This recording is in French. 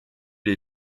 les